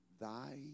thy